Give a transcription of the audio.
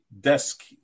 desk